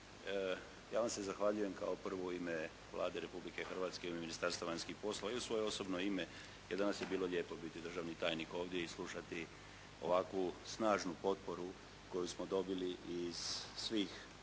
Ja vam se zahvaljujem kao prvo u ime Vlade Republike Hrvatske i Ministarstva vanjskih poslova i u svoje osobno ime, jer danas je bilo lijepo biti državni tajnik ovdje i slušati ovakvu snažnu potporu koju smo dobili iz svih